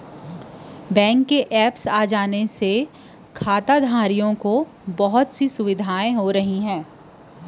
bank के apps आए ले खाताधारक ल बिकट के सहूलियत होवत हे